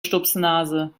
stupsnase